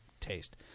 taste